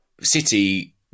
City